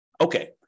Okay